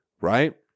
Right